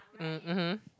um mmhmm